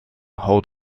hold